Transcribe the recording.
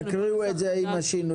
תקריאו את זה עם השינויים.